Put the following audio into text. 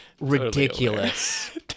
ridiculous